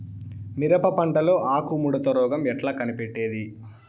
మిరప పంటలో ఆకు ముడత రోగం ఎట్లా కనిపెట్టేది?